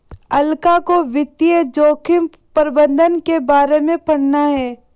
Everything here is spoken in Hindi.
अलका को वित्तीय जोखिम प्रबंधन के बारे में पढ़ना है